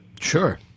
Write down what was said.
Sure